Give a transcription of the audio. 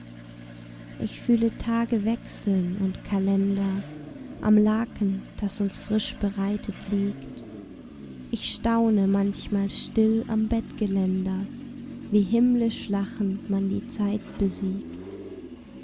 ich fühle tage wechseln und kalender am laken das uns frisch bereitet liegt ich staune manchmal still am bettgeländer wie himmlisch lachend man die zeit besiegt